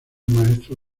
maestro